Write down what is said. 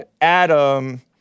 Adam